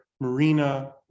Marina